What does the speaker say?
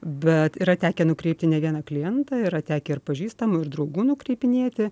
bet yra tekę nukreipti ne vieną klientą yra tekę ir pažįstamų ir draugų nukreipinėti